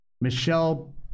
Michelle